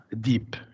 deep